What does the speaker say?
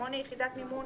"0.8 יחידת מימון